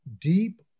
deep